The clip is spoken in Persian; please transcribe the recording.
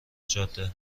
جاده